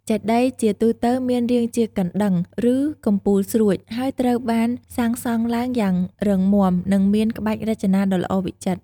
ចេតិយជាទូទៅមានរាងជាកណ្តឹង ឬកំពូលស្រួច ហើយត្រូវបានសាងសង់ឡើងយ៉ាងរឹងមាំ និងមានក្បាច់រចនាដ៏ល្អវិចិត្រ។